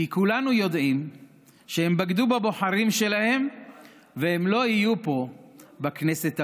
כי כולנו יודעים שהם בגדו בבוחרים שלהם והם לא יהיו פה בכנסת הבאה.